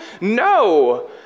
No